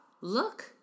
look